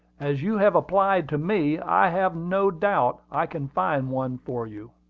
as you have applied to me, i have no doubt i can find one for you.